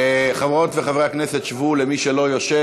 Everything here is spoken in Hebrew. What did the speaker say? חברות וחברי הכנסת, שבו, מי שלא יושב.